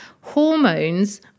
Hormones